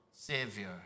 savior